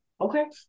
Okay